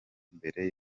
mbere